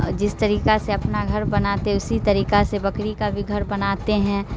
جس طریقہ سے اپنا گھر بناتے اسی طریقہ سے بکری کا بھی گھر بناتے ہیں